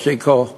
צ'יקו אדרי,